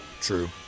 True